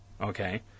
okay